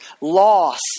loss